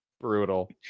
brutal